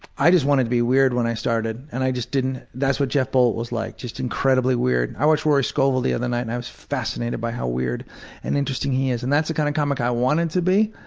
i just wanted to be weird when i started and i just didn't that's what jeff bolt was like, just incredibly weird. i watched rory scovel the other night and i was fascinated by how weird and interesting he is. and that's the kind of comic i wanted to be,